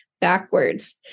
backwards